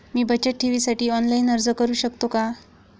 मी बचत ठेवीसाठी ऑनलाइन अर्ज करू शकतो का?